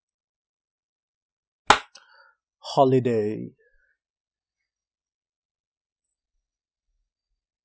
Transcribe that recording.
holiday